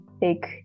take